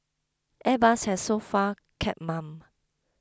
Airbus has so far kept mum